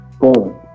Boom